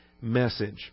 message